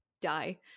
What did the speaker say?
die